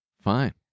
Fine